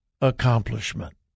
accomplishment